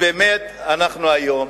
היום אנחנו,